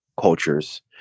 cultures